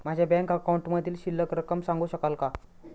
माझ्या बँक अकाउंटमधील शिल्लक रक्कम सांगू शकाल का?